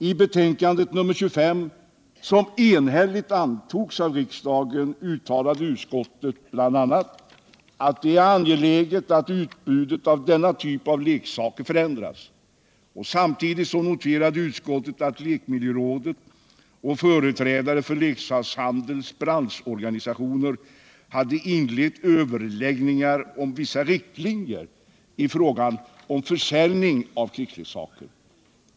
I betänkandet — som enhälligt antogs av riksdagen — uttalade utskottet bl.a. att det är angeläget att utbudet av denna typ av leksaker förändras. Samtidigt noterade utskottet att lekmiljörådet och företrädare för leksakshandelns branschorganisationer hade inlett överläggningar om vissa riktlinjer i fråga om försäljningen av krigsleksaker.